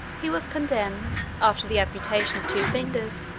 he was condemned, after the amputation of two fingers,